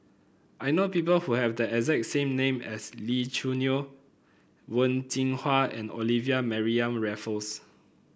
I know people who have the exact same name as Lee Choo Neo Wen Jinhua and Olivia Mariamne Raffles